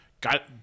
got